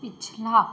ਪਿਛਲਾ